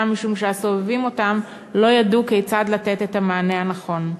משום שהסובבים אותם לא ידעו כיצד לתת את המענה הנכון.